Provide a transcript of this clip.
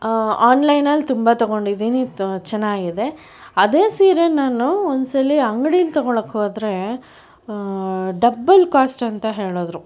ಆನ್ಲೈನ್ನಲ್ಲಿ ತುಂಬ ತಗೊಂಡಿದ್ದೀನಿ ತೊ ಚೆನ್ನಾಗಿ ಇದೆ ಅದೇ ಸೀರೆ ನಾನು ಒಂದ್ಸಲ ಅಂಗಡಿಯಲ್ಲಿ ತಗೊಳ್ಳೋಕೆ ಹೋದರೆ ಡಬಲ್ ಕಾಸ್ಟ್ ಅಂತ ಹೇಳಿದರು